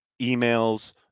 emails